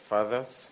Father's